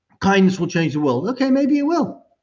kindness will change the world. okay, maybe it will.